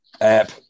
app